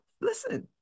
Listen